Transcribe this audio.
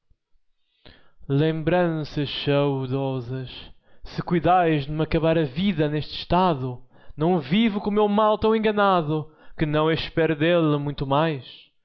tormento lembranças saudosas se cuidais de me acabar a vida neste estado não vivo com meu mal tão enganado que não espere dele muito mais